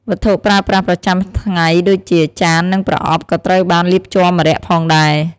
វត្ថុប្រើប្រាស់ប្រចាំថ្ងៃដូចជា ចាន និងប្រអប់ក៏ត្រូវបានលាបជ័រម្រ័ក្សណ៍ផងដែរ។